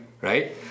right